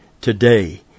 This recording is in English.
Today